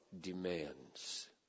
demands